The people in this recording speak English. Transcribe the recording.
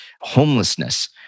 Homelessness